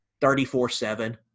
34-7